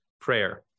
prayer